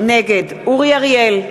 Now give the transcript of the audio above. נגד אורי אריאל,